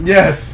Yes